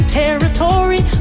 territory